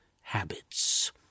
habits